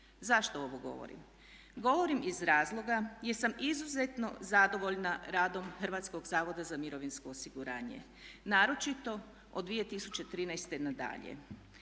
Zašto ovo govorim? Govorim iz razloga jer sam izuzetno zadovoljna radom HZMO-a naročito od 2013.nadalje.